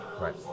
Right